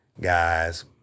guys